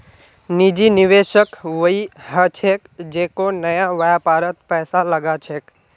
निजी निवेशक वई ह छेक जेको नया व्यापारत पैसा लगा छेक